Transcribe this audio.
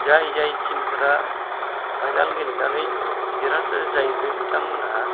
जाय जाय टिमफोरा फाइनाल गेलेनानै देरहासात जायो बे बिथां मोनहा